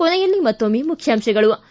ಕೊನೆಯಲ್ಲಿ ಮತ್ತೊಮ್ಮೆ ಮುಖ್ಯಾಂಶಗಳು